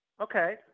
Okay